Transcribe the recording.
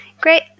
great